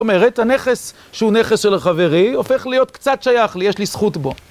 זאת אומרת, הנכס שהוא נכס של החברי הופך להיות קצת שייך לי, יש לי זכות בו.